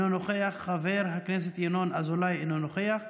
אינו נוכח, חבר הכנסת ינון אזולאי, אינו נוכח,